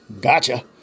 gotcha